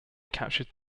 captured